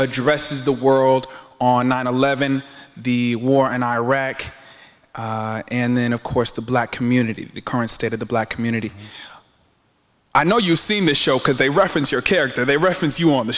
addresses the world on nine eleven the war in iraq and then of course the black community the current state of the black community i know you see michelle because they referenced your character they referenced you on the